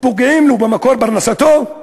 פוגעים לו במקור פרנסתו.